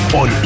on